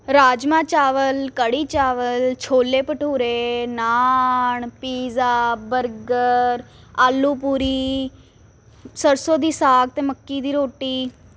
ਰਾਜਮਾ ਚਾਵਲ ਕੜੀ ਚਾਵਲ chole bhature naan pizza burger ਆਲੂ ਪੂਰੀ ਸਰਸੋਂ ਦੀ ਸਾਗ ਅਤੇ ਮੱਕੀ ਦੀ ਰੋਟੀ